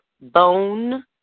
Bone